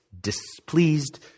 displeased